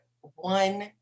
one